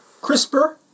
CRISPR